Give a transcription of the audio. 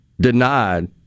denied